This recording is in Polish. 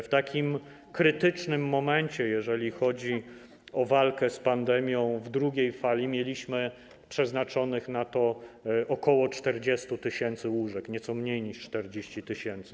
W takim krytycznym momencie, jeżeli chodzi o walkę z pandemią w drugiej fali, mieliśmy przeznaczonych do tego celu ok. 40 tys. łóżek, nieco mniej niż 40 tys.